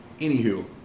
anywho